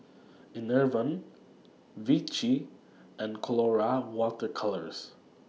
Enervon Vichy and Colora Water Colours